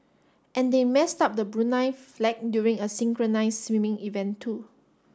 and they messed up the Brunei flag during a synchronized swimming event too